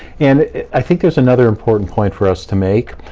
and i think there's another important point for us to make.